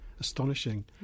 Astonishing